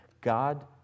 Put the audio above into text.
God